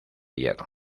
hierro